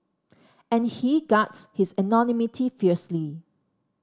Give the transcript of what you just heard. and he guards his anonymity fiercely